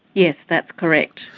yes, that's correct.